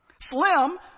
Slim